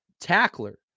tackler